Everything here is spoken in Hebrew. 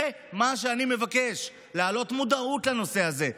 זה מה שאני מבקש: להעלות מודעות לנושא הזה,